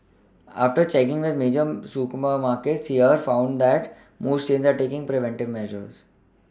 after check with major super ma markets here found that most chains are taking preventive measures